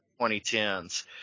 2010s